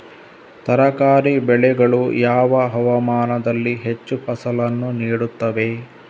ತರಕಾರಿ ಬೆಳೆಗಳು ಯಾವ ಹವಾಮಾನದಲ್ಲಿ ಹೆಚ್ಚು ಫಸಲನ್ನು ನೀಡುತ್ತವೆ?